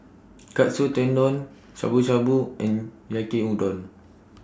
Katsu Tendon Shabu Shabu and Yaki Udon